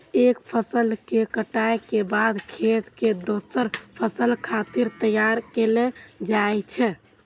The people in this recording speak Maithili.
एक फसल के कटाइ के बाद खेत कें दोसर फसल खातिर तैयार कैल जाइ छै